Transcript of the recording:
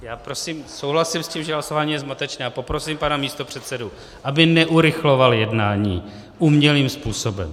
Já prosím souhlasím s tím, že hlasování je zmatečné, a poprosím pana místopředsedu, aby neurychloval jednání umělým způsobem.